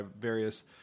various